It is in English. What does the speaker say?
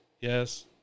yes